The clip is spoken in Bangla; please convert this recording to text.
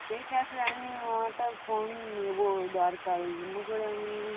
ঠিক আছে আমি একটা ফোন নেবো দরকার ওই জন্য করে আমি